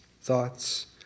thoughts